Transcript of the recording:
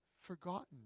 forgotten